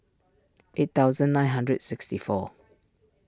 eight thousand nine hundred sixty four